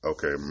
Okay